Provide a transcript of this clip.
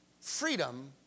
Freedom